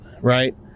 Right